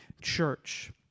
church